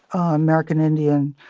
american indian,